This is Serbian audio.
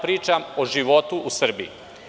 Pričam o životu u Srbiju.